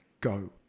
Go